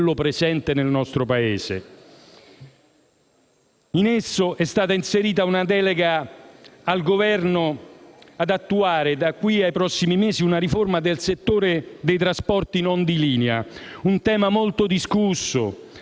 In esso è stata inserita una delega al Governo per attuare da qui ai prossimi mesi una riforma del settore dei trasporti non di linea, un tema molto discusso